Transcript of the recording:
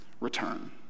Return